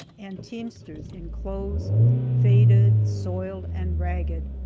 and teamsters in clothes faded, soiled and ragged,